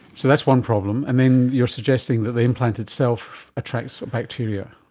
so that's one problem. and then you're suggesting that the implant itself attracts bacteria.